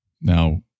Now